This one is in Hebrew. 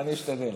אני אשתדל.